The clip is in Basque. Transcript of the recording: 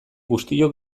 guztiok